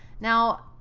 now,